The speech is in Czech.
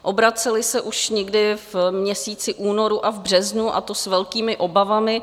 Obraceli se už někdy v měsíci únoru a v březnu, a to s velkými obavami.